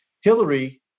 Hillary